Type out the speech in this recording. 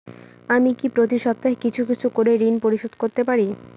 আমি কি প্রতি সপ্তাহে কিছু কিছু করে ঋন পরিশোধ করতে পারি?